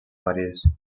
parís